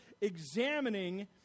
examining